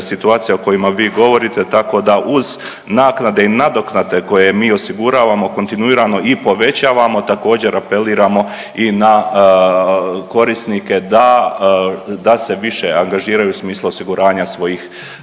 situacija o kojima vi govorite tako da uz naknade i nadoknade koje mi osiguravamo kontinuirano i povećamo također apeliramo i na korisnike da, da se više angažiraju u smislu osiguranja svojih